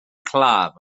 claf